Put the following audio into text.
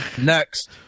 next